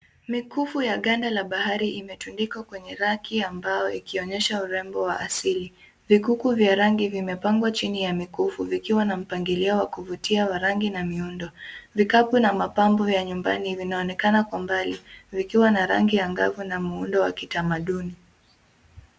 Mikufu ya ganda la bahari imetundikwa raki ambayo ikoonyesha urembo wa asili . Mikuku vya rangi vimepangwa chini ya mikufu vikiwa na mpangilio wa kuvutia wa rangi na miundo . Vikapu na mapambo ya nyumbani vinaonekana kwa mbali vikiwa na rangi angavu na muundo wa kitamaduni.